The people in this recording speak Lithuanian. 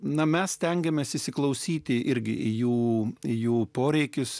na mes stengiamės įsiklausyti irgi į jų jų poreikius